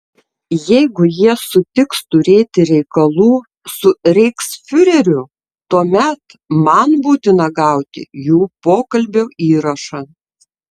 jeigu jie sutiks turėti reikalų su reichsfiureriu tuomet man būtina gauti jų pokalbio įrašą